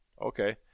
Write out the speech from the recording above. okay